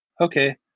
Okay